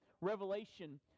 Revelation